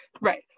Right